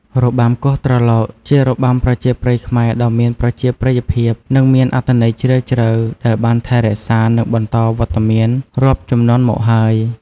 របាំគោះត្រឡោក ជារបាំប្រជាប្រិយខ្មែរដ៏មានប្រជាប្រិយភាព និងមានអត្ថន័យជ្រាលជ្រៅ ដែលបានថែរក្សា និងបន្តវត្តមានរាប់ជំនាន់មកហើយ។